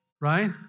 Right